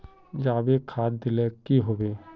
जाबे खाद दिले की होबे?